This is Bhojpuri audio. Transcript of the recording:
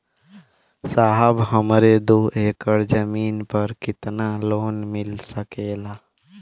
साहब हमरे दो एकड़ जमीन पर कितनालोन मिल सकेला?